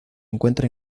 encuentra